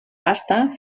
pasta